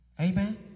Amen